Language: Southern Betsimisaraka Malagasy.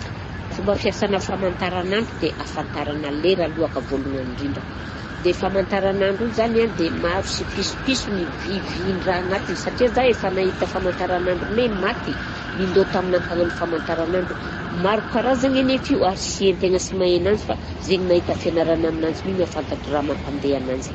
Fomba fiasana famantaranandro dia ahafantarana lera alohaka voalohany indrindra, dia famantaranandro io zany a dia maro sy pisopisony ny vy vin-ndraha agnatiny, satria zaho efa nahita famantaranandronay maty, nindao tamina mpagnano famantaranandro, maro karazagny anefa io ary sy hain-tegna sy mahay ananzy fa zegny nahita fianarana aminanzy mi mahafantatra raha mampandeha ananzy.